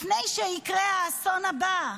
לפני שיקרה האסון הבא?